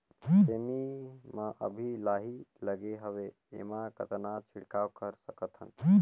सेमी म अभी लाही लगे हवे एमा कतना छिड़काव कर सकथन?